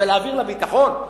ולהעביר לביטחון?